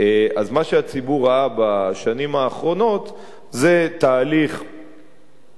אז מה שהציבור ראה בשנים האחרונות זה תהליך מסוים,